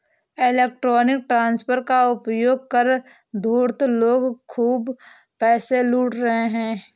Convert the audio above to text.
electronic transfer का उपयोग कर धूर्त लोग खूब पैसे लूट रहे हैं